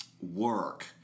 work